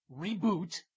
reboot